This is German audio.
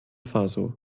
faso